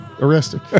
arrested